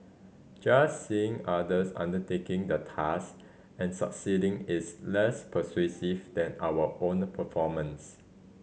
just seeing others undertaking the task and succeeding is less persuasive than our own performance